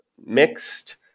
mixed